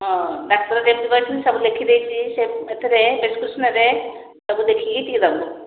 ହଁ ଡାକ୍ତର ଯେମିତି କହିଛନ୍ତି ସବୁ ଲେଖିଦେଇଛି ସେ ଏଥରେ ପ୍ରେସ୍କ୍ରିପସନ୍ ରେ ସବୁ ଦେଖିକି ଟିକେ ଦେବୁ